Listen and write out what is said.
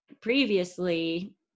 previously